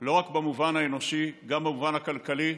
לא רק במובן האנושי, גם במובן הכלכלי,